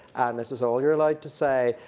and this is all you're allowed to say.